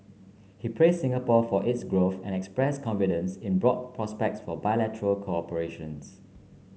he praised Singapore for its growth and expressed confidence in broad prospects for bilateral cooperations